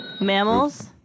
Mammals